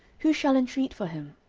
who shall intreat for him?